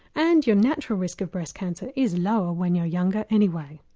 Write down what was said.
and your natural risk of breast cancer is lower when you're younger anyway.